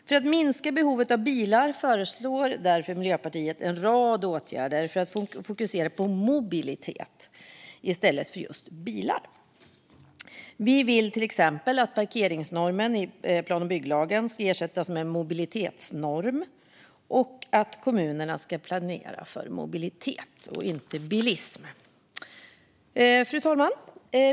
För att minska behovet av bilar föreslår därför Miljöpartiet en rad åtgärder för att fokusera på mobilitet i stället för bilar. Vi vill till exempel att parkeringsnormen i plan och bygglagen ska ersättas med en mobilitetsnorm och att kommunerna ska planera för mobilitet, inte bilism. Fru talman!